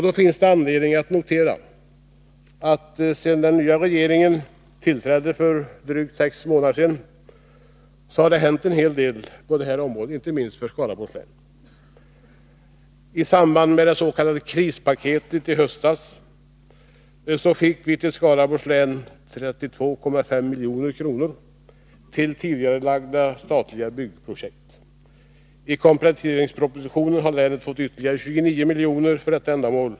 Det finns anledning att notera att sedan den nya regeringen tillträdde för drygt sex månader sedan har det hänt en hel del på det här området, inte minst för Skaraborgs län. I samband med det s.k. krispaketet i höstas fick vi i Skaraborgs län 32,5 milj.kr. till tidigarelagda statliga byggprojekt. I kompletteringspropositionen har länet fått ytterligare 29 milj.kr. för dessa ändamål.